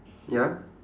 ya